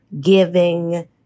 giving